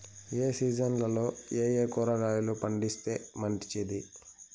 ఏ సీజన్లలో ఏయే కూరగాయలు పండిస్తే మంచిది